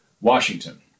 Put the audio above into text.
Washington